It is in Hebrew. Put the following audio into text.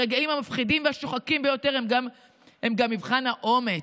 הרגעים המפחידים והשוחקים ביותר הם גם מבחן האומץ,